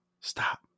Stop